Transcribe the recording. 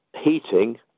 heating